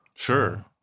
Sure